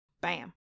Bam